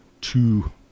two